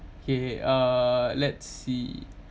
K uh let's see